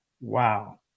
Wow